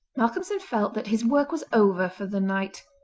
malcolmson felt that his work was over for the night,